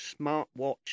smartwatch